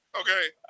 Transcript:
Okay